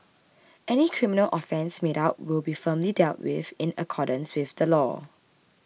any criminal offence made out will be firmly dealt with in accordance with the law